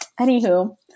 anywho